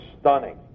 stunning